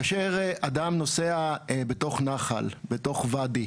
כאשר אדם נוסע בתוך נחל, בתוך ואדי,